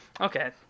Okay